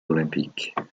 olympiques